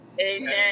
Amen